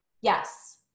Yes